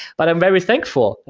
but i'm very thankful.